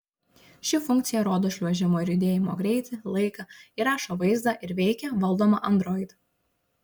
ši funkcija rodo šliuožimo ir judėjimo greitį laiką įrašo vaizdą ir veikia valdoma android